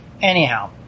Anyhow